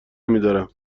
میدارم